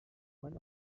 one